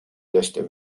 desde